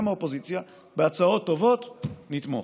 גם מהאופוזיציה: בהצעות טובות נתמוך.